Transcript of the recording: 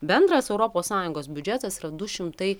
bendras europos sąjungos biudžetas yra du šimtai